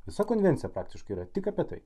visa konvencija praktiškai yra tik apie tai